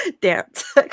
dance